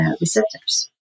receptors